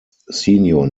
senior